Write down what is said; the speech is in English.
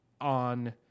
on